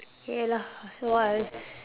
K lah so what's